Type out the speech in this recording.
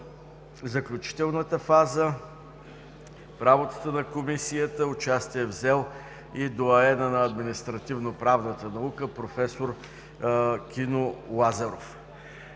заключителната фаза в работата на Комисията взе и доайенът на административноправната наука проф. Кино Лазаров.